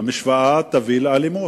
מביא לאלימות.